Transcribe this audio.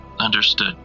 Understood